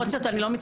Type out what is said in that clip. אני לא אגיב.